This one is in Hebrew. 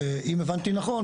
ואם הבנתי נכון,